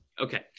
Okay